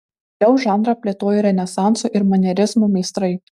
vėliau žanrą plėtojo renesanso ir manierizmo meistrai